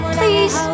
please